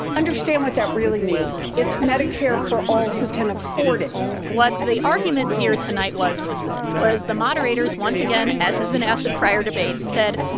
understand what that really means. it's medicare for all who can afford it what the argument here tonight was was this was the moderators, once again, as has been asked at prior debates, said,